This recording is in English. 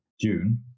June